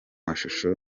mashusho